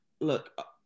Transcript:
look